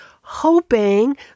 hoping